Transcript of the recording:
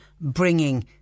bringing